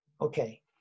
Okay